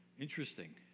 Interesting